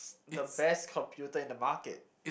the best computer in the market